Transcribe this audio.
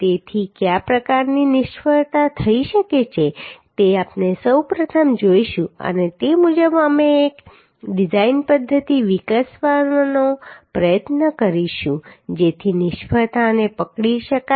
તેથી કયા પ્રકારની નિષ્ફળતા થઈ શકે છે તે આપણે સૌ પ્રથમ જોઈશું અને તે મુજબ અમે એક ડિઝાઇન પદ્ધતિ વિકસાવવાનો પ્રયાસ કરીશું જેથી નિષ્ફળતાને પકડી શકાય